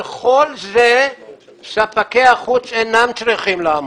בכל זה ספקי החוץ אינם צריכים לעמוד.